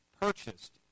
purchased